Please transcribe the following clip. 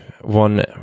one